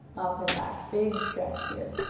up, and back, big stretch here.